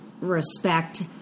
respect